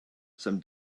some